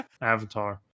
avatar